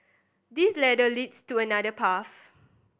this ladder leads to another path